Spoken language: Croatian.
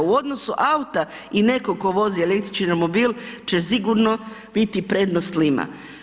U odnosu auta i nekog tko vozi električni romobil će sigurno biti prednost lima.